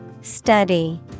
Study